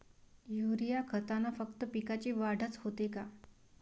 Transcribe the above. Urea खतानं फक्त पिकाची वाढच होते का?